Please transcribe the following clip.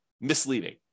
misleading